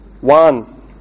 one